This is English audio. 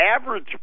average